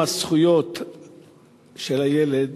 אדוני השר, חברי הכנסת, לכבוד יום זכויות הילד,